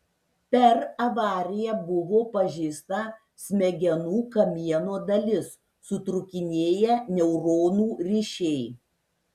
per avariją buvo pažeista smegenų kamieno dalis sutrūkinėję neuronų ryšiai